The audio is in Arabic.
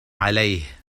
عليه